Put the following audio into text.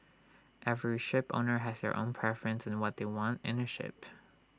every shipowner has their own preference in what they want in A ship